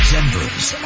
Denver's